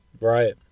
right